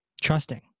trusting